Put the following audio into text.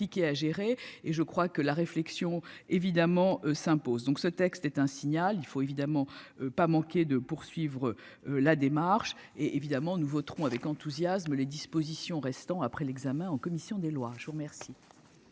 et je crois que la réflexion évidemment s'impose donc. Ce texte est un signal, il faut évidemment pas manqué de poursuivre. La démarche et évidemment nous voterons avec enthousiasme les dispositions restant après l'examen en commission des lois. Je vous remercie.